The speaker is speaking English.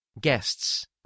guests